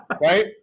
Right